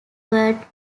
word